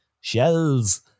Shells